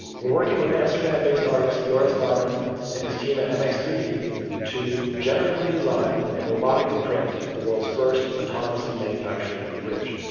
we're working with amsterdam-based artist joris laarman and his team at m x three d to generatively design and robotically print the world's first autonomously manufactured bridge.